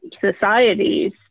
societies